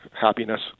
happiness